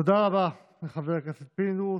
תודה רבה לחבר הכנסת פינדרוס.